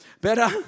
better